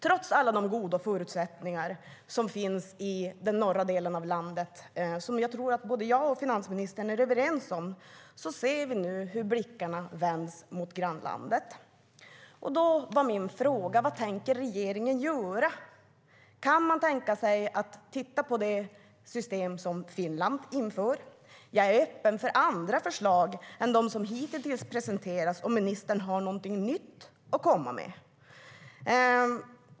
Trots alla de goda förutsättningar som finns i den norra delen av landet, som jag tror att jag och finansministern är överens om, ser vi nu hur blickarna vänds mot grannlandet. Då var min fråga: Vad tänker regeringen göra? Kan man tänka sig att titta på det system som Finland inför? Jag är öppen för andra förslag än dem som hitintills har presenterats, om ministern har någonting nytt att komma med.